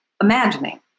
imagining